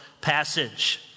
passage